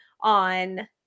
on